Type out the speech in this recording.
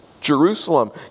Jerusalem